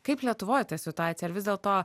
kaip lietuvoj situacija ar vis dėlto